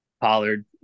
Pollard